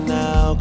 now